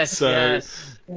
Yes